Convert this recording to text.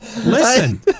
Listen